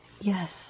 Yes